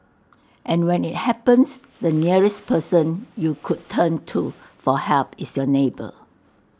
and when IT happens the nearest person you could turn to for help is your neighbour